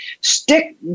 stick